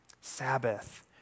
Sabbath